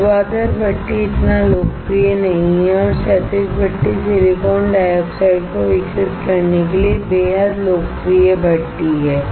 ऊर्ध्वाधर भट्ठी इतना लोकप्रिय नहीं है और क्षैतिज भट्ठी सिलिकॉन डाइऑक्साइड को विकसित करने के लिए बेहद लोकप्रिय भट्ठी है